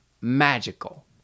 magical